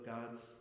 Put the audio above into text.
God's